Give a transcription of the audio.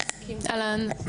פתאום.